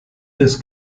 this